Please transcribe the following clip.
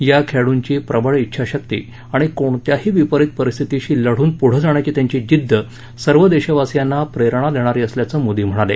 या खेळाडुंची प्रबळ इच्छाशक्ती आणि कोणत्याही विपरीत परिस्थितीशी लढून पुढे जाण्याची त्यांची जिद्द सर्व देशवासीयांना प्रेरणा देणारी असल्याचं मोदी म्हणाले